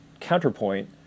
counterpoint